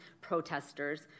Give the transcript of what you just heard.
protesters